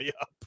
up